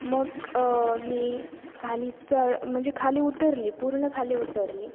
मक मी खाली चळ म्हणजे खाली उतरली पूर्ण खाली उतरली